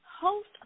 host